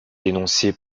dénoncée